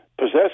possess